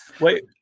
Wait